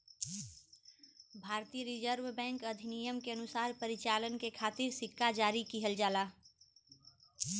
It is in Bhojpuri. भारतीय रिजर्व बैंक अधिनियम के अनुसार परिचालन के खातिर सिक्का जारी किहल जाला